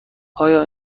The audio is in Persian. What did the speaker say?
آیا